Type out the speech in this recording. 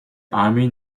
army